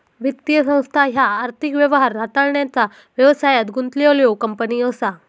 वित्तीय संस्था ह्या आर्थिक व्यवहार हाताळण्याचा व्यवसायात गुंतलेल्यो कंपनी असा